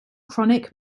chronic